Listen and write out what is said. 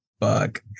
Fuck